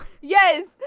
Yes